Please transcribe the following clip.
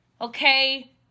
okay